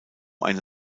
eine